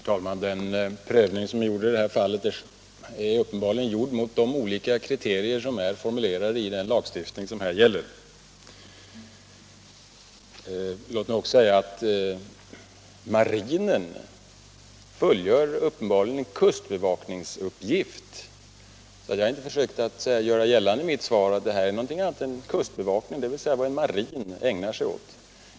Herr talman! Den prövning som är gjord i det här fallet har uppenbarligen gjorts med hänsyn till de olika kriterier som är formulerade i den regeltext som här gäller. Låt mig också säga att marinen uppenbarligen fullgör en kustbevakningsuppgift. Jag har inte försökt göra gällande i mitt svar att detta är någonting annat än kustbevakning, dvs. vad en marin ägnar sig åt.